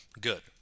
good